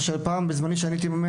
כשאני הייתי מורה